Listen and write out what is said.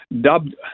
dubbed